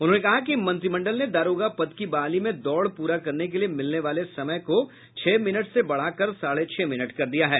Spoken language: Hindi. उन्होंने कहा कि मंत्रिमंडल ने दारोगा पद की बहाली में दौड़ पूरा करने के लिए मिलने वाले समय को छह मिनट से बढ़ाकर साढ़े छह मिनट कर दिया है